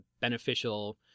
beneficial